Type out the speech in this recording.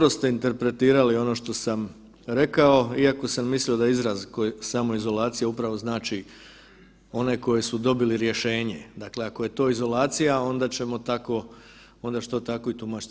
Dobro ste interpretirali ono što sam rekao, iako sam mislio da izraz, samoizolacija upravo znači one koji su dobili rješenje, dakle ako je to izolacija onda ćemo tako, onda ću to tako i tumačiti.